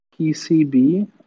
PCB